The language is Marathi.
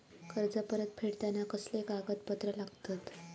कर्ज परत फेडताना कसले कागदपत्र लागतत?